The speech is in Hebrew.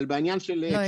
אבל בעניין של -- לא,